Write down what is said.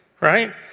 right